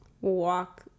walk